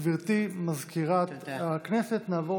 גברתי מזכירת הכנסת, נעבור